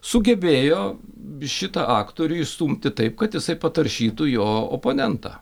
sugebėjo šitą aktorių išstumti taip kad jisai pataršytų jo oponentą